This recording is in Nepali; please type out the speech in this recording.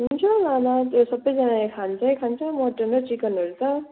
हुन्छ लाँदा त्यो सबैजनाले खान्छै खान्छ मटन र चिकनहरू त